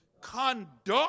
Conduct